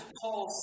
Paul